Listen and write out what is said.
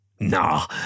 Nah